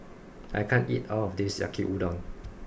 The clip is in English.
I can't eat all of this Yaki Udon